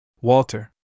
Walter